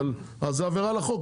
אבל זו עבירה על החוק.